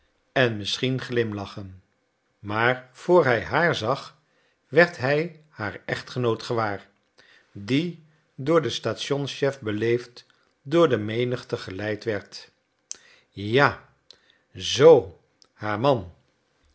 en misschien glimlachen maar voor hij haar zag werd hij haar echtgenoot gewaar die door den stationschef beleefd door de menigte geleid werd ja zoo haar man